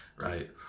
right